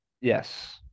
Yes